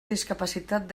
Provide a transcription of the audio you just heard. discapacitat